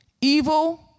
Evil